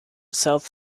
south